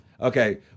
Okay